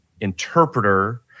interpreter